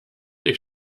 ich